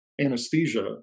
anesthesia